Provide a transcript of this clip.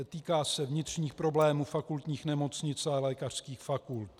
Týká se vnitřních problémů fakultních nemocnic a lékařských fakult.